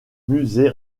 musée